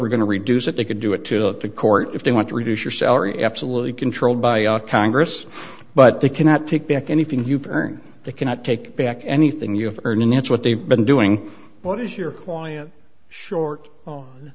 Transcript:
we're going to reduce it they could do it to the court if they want to reduce your salary absolutely controlled by congress but they cannot pick back anything you've earned they cannot take back anything you have earned and that's what they've been doing what is your client short